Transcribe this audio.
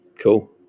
Cool